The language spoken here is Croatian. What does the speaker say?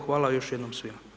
Hvala još jednom svima.